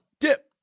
Dip